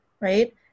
right